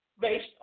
based